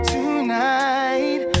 Tonight